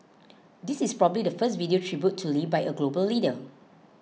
this is probably the first video tribute to Lee by a global leader